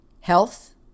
health